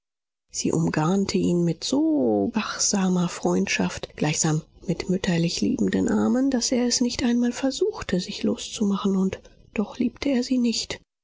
sie umgarnte ihn mit so wachsamer freundschaft gleichsam mit mütterlich liebenden armen daß er es nicht einmal versuchte sich loszumachen und doch liebte er sie nicht